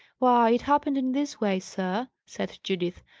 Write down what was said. why, it happened in this way, sir, said judith.